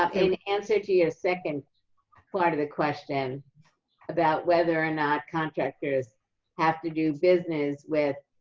ah in answer to your second part of the question about whether or not contractors have to do business with